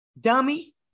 Dummy